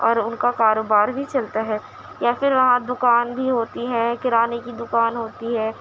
اور ان کا کاروبار بھی چلتا ہے یا پھر وہاں دکان بھی ہوتی ہے کرانے کی دکان ہوتی ہے